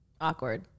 Awkward